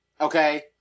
okay